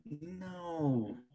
No